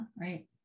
Right